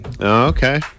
Okay